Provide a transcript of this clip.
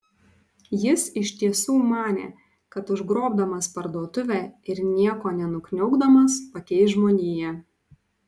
jis iš tiesų manė kad užgrobdamas parduotuvę ir nieko nenukniaukdamas pakeis žmoniją